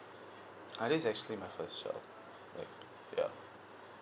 uh this actually my first child like yeah